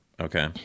Okay